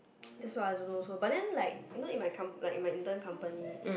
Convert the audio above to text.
that's what I don't know also but then like you know in my com~ in my intern company